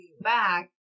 back